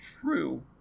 true